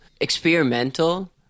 experimental